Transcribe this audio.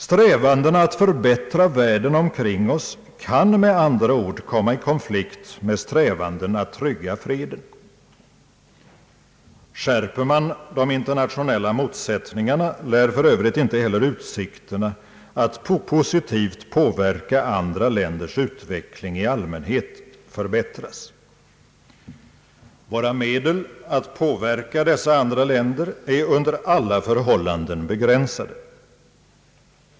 Strävandena att förbättra världen omkring oss kan med andra ord komma i konflikt med strävandena att trygga freden. Skärper man de internationella motsättningarna, lär för övrigt inte heller utsikterna att positivt påverka andra länders utveckling i allmänhet förbättras. Våra medel att påverka dessa andra länder är under alla förhållanden begränsade.